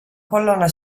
colonna